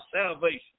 salvation